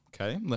Okay